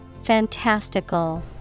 Fantastical